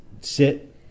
sit